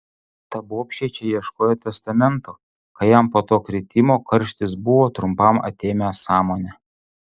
ta bobšė čia ieškojo testamento kai jam po to kritimo karštis buvo trumpam atėmęs sąmonę